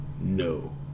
no